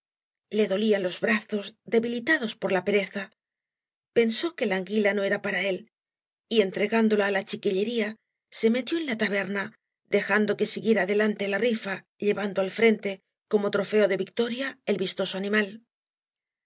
le dolían ios brazos debilitados por la pereza pensó que la anguila no era para éi y entregándola á la chiquillería se metió en la taberna dejando que siguiera adelante la rifa ue vando al frente como trofeo de victoria el vistos animal